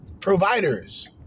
providers